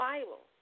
Bible